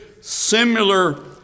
similar